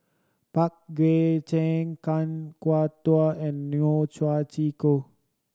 Pang Guek Cheng Kan Kwok Toh and Neo